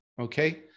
Okay